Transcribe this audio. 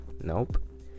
nope